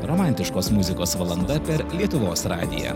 romantiškos muzikos valanda per lietuvos radiją